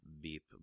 beep